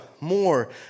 more